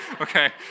okay